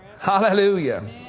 Hallelujah